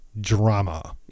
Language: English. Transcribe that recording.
drama